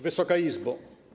Wysoka Izbo!